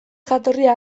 jatorria